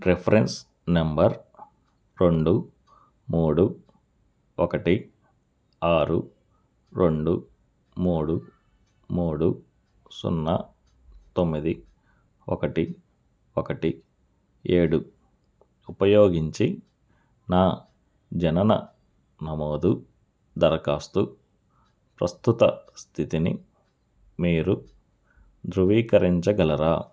reference number రెండు మూడు ఒకటి ఆరు రెండు మూడు మూడు సున్నా తొమ్మిది ఒకటి ఒకటి ఏడు ఉపయోగించి నా జనన నమోదు దరఖాస్తు ప్రస్తుత స్థితిని మీరు ధృవీకరించగలరా